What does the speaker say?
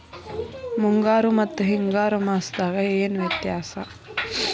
ಮುಂಗಾರು ಮತ್ತ ಹಿಂಗಾರು ಮಾಸದಾಗ ಏನ್ ವ್ಯತ್ಯಾಸ?